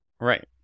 Right